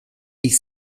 ich